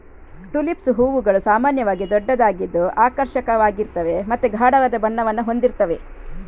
tulips ಹೂವುಗಳು ಸಾಮಾನ್ಯವಾಗಿ ದೊಡ್ಡದಾಗಿದ್ದು ಆಕರ್ಷಕವಾಗಿರ್ತವೆ ಮತ್ತೆ ಗಾಢವಾದ ಬಣ್ಣವನ್ನ ಹೊಂದಿರ್ತವೆ